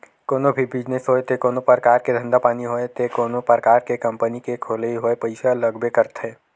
कोनो भी बिजनेस होय ते कोनो परकार के धंधा पानी होय ते कोनो परकार के कंपनी के खोलई होय पइसा लागबे करथे